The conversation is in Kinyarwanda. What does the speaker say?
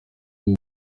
bwo